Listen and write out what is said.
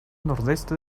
nordeste